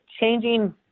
changing